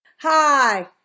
Hi